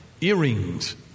earrings